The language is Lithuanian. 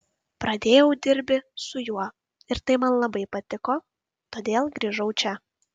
pradėjau dirbi su juo ir tai man labai patiko todėl grįžau čia